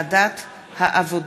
שהחזירה ועדת העבודה,